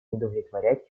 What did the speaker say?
удовлетворять